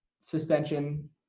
suspension